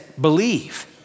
Believe